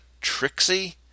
Trixie